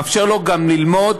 מאפשר לו גם ללמוד,